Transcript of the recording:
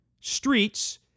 streets